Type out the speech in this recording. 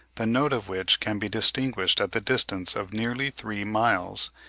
the note of which can be distinguished at the distance of nearly three miles,